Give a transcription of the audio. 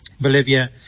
Bolivia